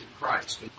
Christ